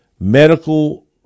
medical